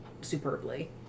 superbly